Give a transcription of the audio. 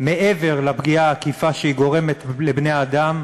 מעבר לפגיעה העקיפה שהיא גורמת לבני-האדם,